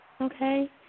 Okay